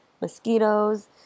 mosquitoes